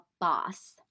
boss